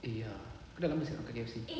eh ya aku dah lama seh tak makan K_F_C